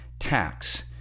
tax